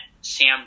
Sam